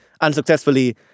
unsuccessfully